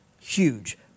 huge